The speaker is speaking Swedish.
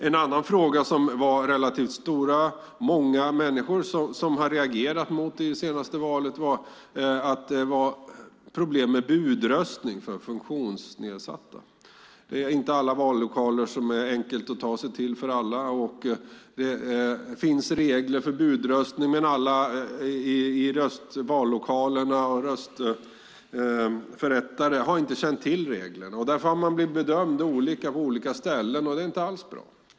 En annan sak som relativt många människor reagerade mot i det senaste valet är att det var problem med budröstning för funktionsnedsatta. Det är inte alla vallokaler som det är enkelt att ta sig till för alla. Det finns regler för budröstning, men alla i vallokalerna och röstförrättare har inte känt till reglerna. Därför har man gjort olika bedömningar på olika ställen, och det är inte alls bra.